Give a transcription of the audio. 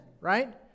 right